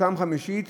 מאותה חמישית,